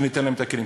שניתן להם את הכלים.